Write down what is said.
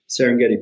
Serengeti